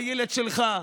הילד שלך,